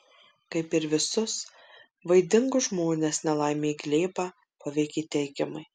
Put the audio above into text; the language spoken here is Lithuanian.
kaip ir visus vaidingus žmones nelaimė glėbą paveikė teigiamai